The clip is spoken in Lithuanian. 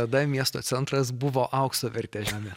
tada miesto centras buvo aukso vertės žemė